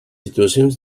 situacions